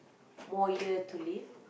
more year to live